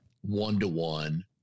one-to-one